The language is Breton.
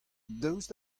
daoust